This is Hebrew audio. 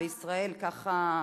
וישראל אומרת: